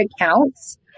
accounts